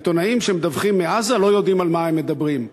העיתונאים שמדווחים מעזה לא יודעים על מה הם מדברים.